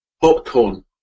Popcorn